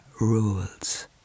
rules